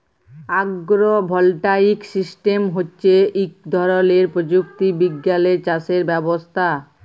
আগ্র voltaic system হচ্যে ইক ধরলের প্রযুক্তি বিজ্ঞালের চাসের ব্যবস্থা